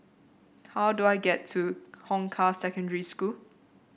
how do I get to Hong Kah Secondary School